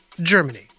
Germany